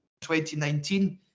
2019